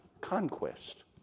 conquest